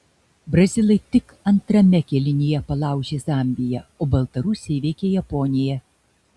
brazilai tik antrame kėlinyje palaužė zambiją o baltarusiai įveikė japoniją